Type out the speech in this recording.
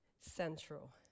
central